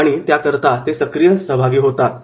आणि त्याकरता ते सक्रिय सहभागी होतील